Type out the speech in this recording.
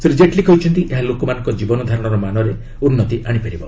ଶ୍ରୀ ଜେଟ୍ଲୀ କହିଛନ୍ତି ଏହା ଲୋକମାନଙ୍କ ଜୀବନଧାରଣର ମାନରେ ଉନ୍ନତି ଆଶିପାରିବ